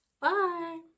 Bye